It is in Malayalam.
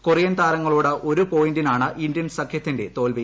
കൊറിയൻ താരങ്ങളോട് ഒരു പോയിന്റിനാണ് ഇന്ത്യൻ സഖ്യത്തിന്റെ തോൽവി